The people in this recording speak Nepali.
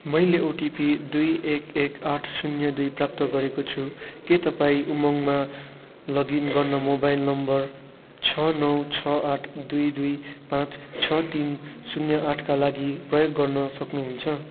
मैले ओटिपी दुई एक एक आठ शून्य दुई प्राप्त गरेको छु के तपाईँँ उमङ्गमा लगइन गर्न मोबाइल नम्बर छ नौ छ आठ दुई दुई पाँच छ तिन शून्य आठका लागि प्रयोग गर्न सक्नु हुन्छ